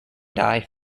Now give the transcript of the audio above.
die